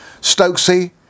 Stokesy